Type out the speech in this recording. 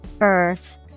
Earth